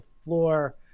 floor